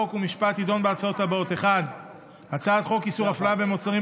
חוק ומשפט תדון בהצעות הבאות: 1. הצעת חוק איסור הפליה במוצרים,